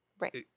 Right